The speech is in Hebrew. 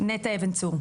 נטע אבן צור.